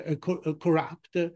corrupt